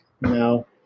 No